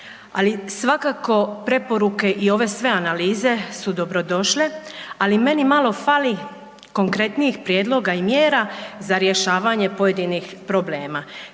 ali svakako preporuke i ove sve analize su dobrodošle, ali meni malo fali konkretnijih i mjera za rješavanje pojedinih problema.